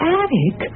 attic